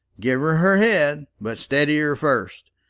give her her head but steady her first,